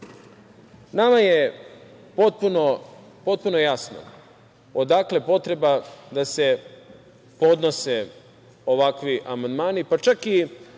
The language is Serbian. nama je potpuno jasno odakle potreba da se podnose ovakvi amandmani, pa čak i